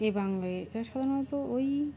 এ বাংলায় এটা সাধারণত ওই